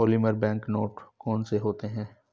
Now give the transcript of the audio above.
polymer bank note कौन से होते हैं